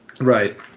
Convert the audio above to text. Right